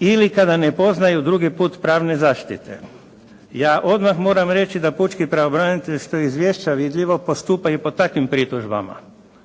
ili kada ne poznaju drugi put pravne zaštite. Ja odmah moram reći da pučki pravobranitelj što je izvješća vidljivo, postupa i po takvim pritužbama,